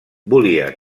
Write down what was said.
volia